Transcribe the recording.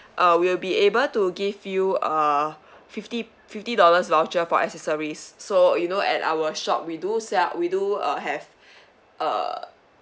uh we'll be able to give you uh fifty fifty dollars voucher for accessories so you know at our shop we do sell we do uh have uh